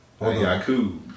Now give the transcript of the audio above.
yaku